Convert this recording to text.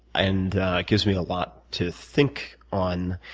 and it gives me a lot to think on.